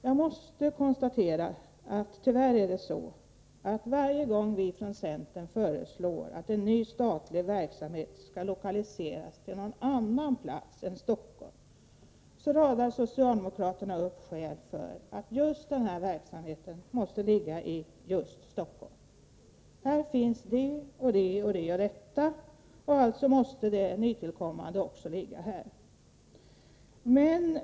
Jag måste tyvärr konstatera att varje gång som vi från centern föreslår att en ny statlig verksamhet skall lokaliseras till någon annan plats än Stockholm, radar socialdemokraterna upp skäl varför just den verksamheten måste ligga i Stockholm. Här finns det och det och detta, och alltså måste också det nytillkommande ligga här.